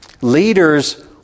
Leaders